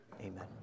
Amen